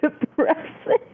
depressing